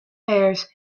pears